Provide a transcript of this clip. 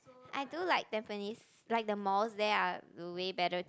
I do like Tampines like the malls there are way better